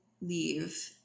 leave